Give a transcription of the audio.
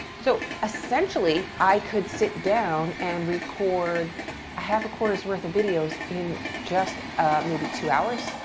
so essentially i could sit down and record a half a quarter's worth of videos in just maybe two hours,